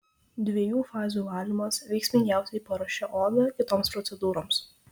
dviejų fazių valymas veiksmingiausiai paruošia odą kitoms procedūroms